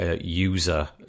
user